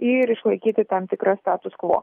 ir išlaikyti tam tikrą status kvo